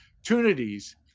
opportunities